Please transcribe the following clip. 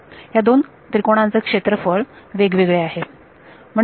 ह्या दोन त्रिकोणाचे क्षेत्रफळ वेगवेगळे आहे